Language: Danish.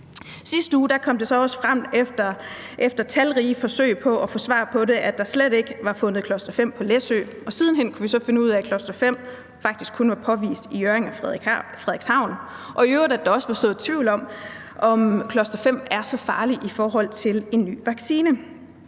sidste uge kom det også frem efter talrige forsøg på at få svar på det, at der slet ikke var fundet cluster-5 på Læsø, og siden hen kunne vi så finde ud af, at cluster-5 faktisk kun var påvist i Hjørring og Frederikshavn, og i øvrigt at der også var sået tvivl om, om cluster-5 er så farlig i forhold til en ny vaccine.